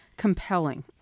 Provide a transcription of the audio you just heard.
compelling